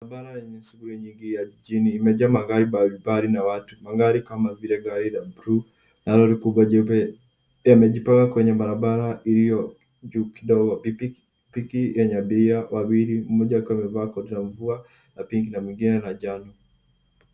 Barabara yenye shughuli nyingi ya jijini imejaa magari mbalimbali na watu. Magari kama vile gari la bluu na lori likubwa jeupe yamejipanga kwenye barabara iliyojuu kidogo. Pipik- Pikipiki yenye abiria wawili; mmoja akiwa amevaa koti la mvua la pinki na mwingine la njano.